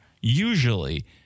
usually